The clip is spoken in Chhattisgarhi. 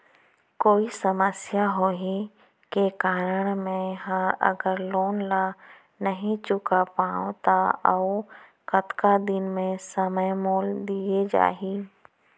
कोई समस्या होये के कारण मैं हा अगर लोन ला नही चुका पाहव त अऊ कतका दिन में समय मोल दीये जाही?